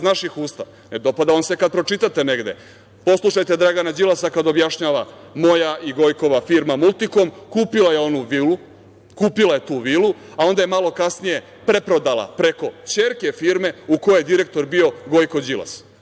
naših usta, ne dopada vam se kad pročitate negde. Poslušajte Dragan Đilasa kad objašnjava – moja i Gojkova firma „Multikom“ kupila je onu vilu. Kupila je tu vilu, a onda je malo kasnije preprodala preko ćerke firme u kojoj je direktor bio Gojko Đilas.